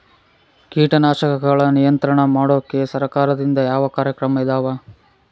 ಕೇಟನಾಶಕಗಳ ನಿಯಂತ್ರಣ ಮಾಡೋಕೆ ಸರಕಾರದಿಂದ ಯಾವ ಕಾರ್ಯಕ್ರಮ ಇದಾವ?